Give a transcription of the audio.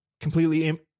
completely